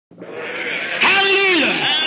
Hallelujah